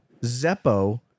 Zeppo